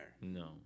No